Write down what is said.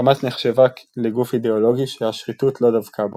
חמאס נחשבה לגוף אידאולוגי שהשחיתות לא דבקה בו.